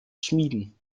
schmieden